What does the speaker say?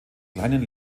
kleinen